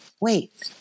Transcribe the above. wait